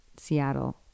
Seattle